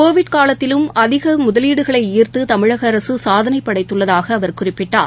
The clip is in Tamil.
கோவிட் காலத்திலும் அதிகமுதலீடுகளைஈர்த்துதமிழகஅரசுசாதனைபடைத்துள்ளதாகஅவர் குறிப்பிட்டார்